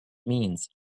means